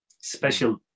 special